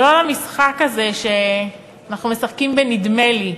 ולא למשחק הזה שאנחנו משחקים ב"נדמה לי",